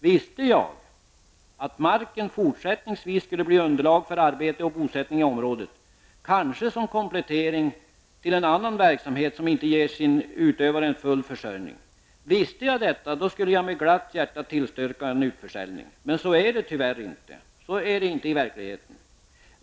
Visste jag att marken fortsättningsvis skulle bli underlag för arbete och bosättning i området, kanske som komplettering till en annan verksamhet som inte ger sin utövare full försörjning -- skulle jag med glatt hjärta tillstyrka en utförsäljning. Men så är det tyvärr inte i verkligheten.